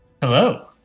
hello